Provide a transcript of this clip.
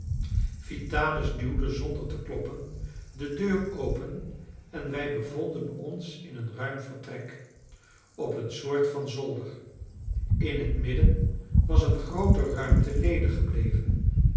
vitalis duwde zonder te kloppen de deur open en wij bevonden ons in een ruim vertrek op een soort van zolder in het midden was een groote ruimte ledig gebleven